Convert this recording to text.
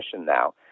now